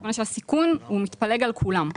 מכיוון שהסיכון הוא מתפלג על כולם.